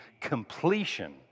completion